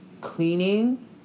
cleaning